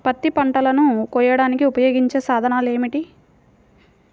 పత్తి పంటలను కోయడానికి ఉపయోగించే సాధనాలు ఏమిటీ?